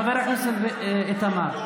חבר הכנסת איתמר,